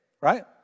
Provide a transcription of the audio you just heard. right